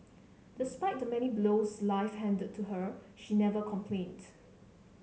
despite the many blows life handed to her she never complained